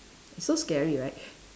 so scary right